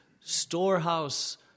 storehouse